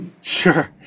Sure